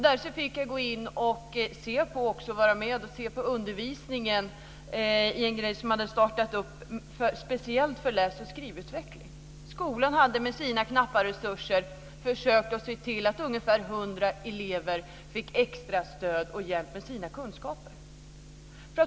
Där fick jag vara med och se på undervisningen i en grupp som hade startat speciellt för att arbeta med läs och skrivutveckling. Skolan hade med sina knappa resurser försökt se till att ungefär 100 elever skulle få extrastöd och hjälp med sina kunskaper.